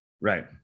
right